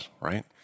right